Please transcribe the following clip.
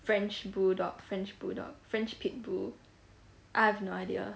french-bulldog french-bulldog french-pitbull I've no idea